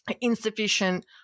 insufficient